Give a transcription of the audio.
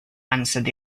answered